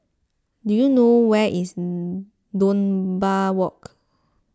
do you know where is Dunbar Walk